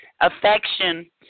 affection